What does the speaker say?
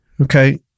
Okay